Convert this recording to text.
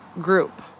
group